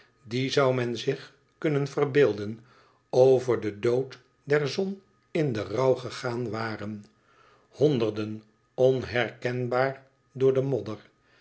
die zou men zich kunnen verbeelden over den dood der zon in den rouw gegaan waren honden onherkenbaar door den modder